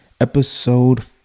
episode